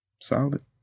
Solid